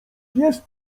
jest